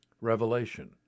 Revelation